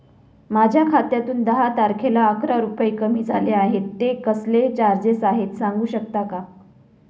माझ्या खात्यातून दहा तारखेला अकरा रुपये कमी झाले आहेत ते कसले चार्जेस आहेत सांगू शकता का?